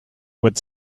would